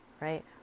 right